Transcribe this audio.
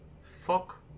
Fuck